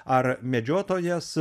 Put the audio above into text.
ar medžiotojas